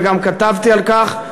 וגם כתבתי על כך,